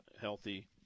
healthy